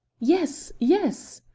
yes, yes,